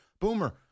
Boomer